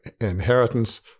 inheritance